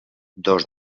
dos